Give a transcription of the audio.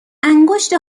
انگشت